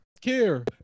care